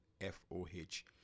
f-o-h